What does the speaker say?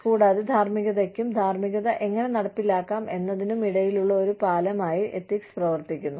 കൂടാതെ ധാർമ്മികതയ്ക്കും ധാർമ്മികത എങ്ങനെ നടപ്പിലാക്കാം എന്നതിനും ഇടയിലുള്ള ഒരു പാലമായി എത്തിക്സ് പ്രവർത്തിക്കുന്നു